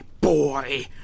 Boy